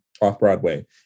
off-Broadway